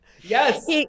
Yes